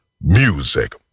Music